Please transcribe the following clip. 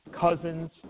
cousins